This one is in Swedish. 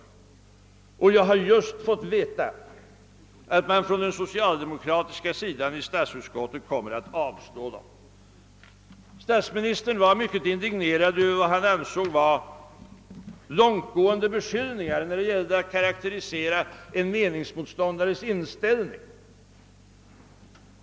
Jag har just fått veta att de socialdemokratiska ledamöterna i statsutskottet kommer att avstyrka dessa. Statsministern var mycket indignerad över vad han ansåg vara långtgående beskyllningar när det gällde att karakterisera en meningsmotståndares inställning.